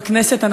בכנסת,